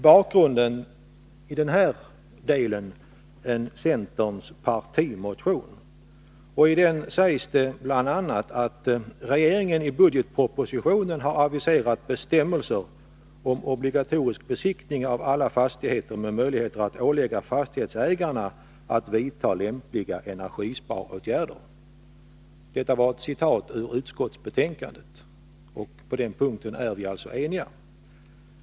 Bakgrunden i den här delen är centerns partimotion. I den sägs det bl.a. att ”regeringen i budgetpropositionen har aviserat bestämmelser om obligatorisk besiktning av alla fastigheter med möjligheter att ålägga fastighetsägarna att vidta lämpliga energisparåtgärder”. Detta är ett citat ur utskottsbetänkandet, och på den punkten är vi alltså eniga.